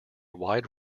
wide